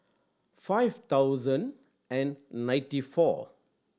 five thousand and ninety four